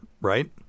right